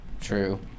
True